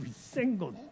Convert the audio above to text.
single